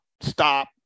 stop